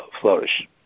flourish